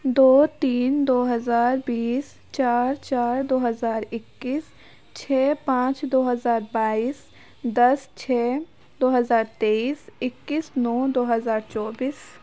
دو تین دو ہزار بیس چار چار دو ہزار اکیس چھ پانچ دو ہزار بائیس دس چھ دو ہزار تیئیس اکیس نو دو ہزار چوبیس